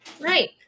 Right